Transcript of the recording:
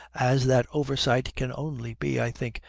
as that oversight can only be, i think,